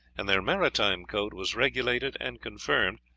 and their maritime code was regulated and confirmed,